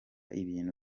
ibintu